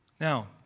Now